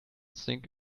sink